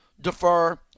defer